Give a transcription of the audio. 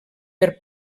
per